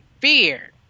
fear